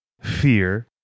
fear